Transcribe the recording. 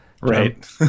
Right